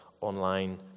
online